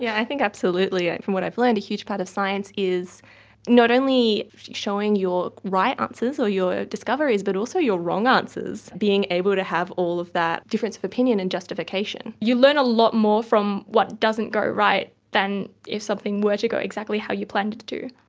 yeah i think absolutely, from what i've learned a huge part of science is not only showing your right answers or your discoveries but also your wrong answers, being able to have all of that difference of opinion and justification. you learn a lot more from what doesn't go right than if something were to go exactly how you planned it to.